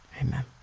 Amen